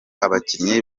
abakinnyi